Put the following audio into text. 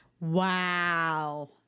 Wow